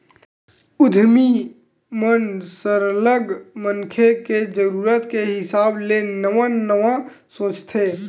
उद्यमी मन सरलग मनखे के जरूरत के हिसाब ले नवा नवा सोचथे